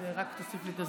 רק תוסיף לי את הזמן.